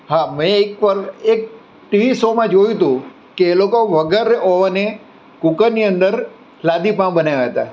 હા મેં એક વાર એક ટીવી શો માં જોયું હતું કે એ લોકો વગર ઓવને કુકરની અંદર લાદીપાઉ બનાવ્યા હતા